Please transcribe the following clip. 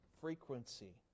frequency